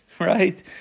right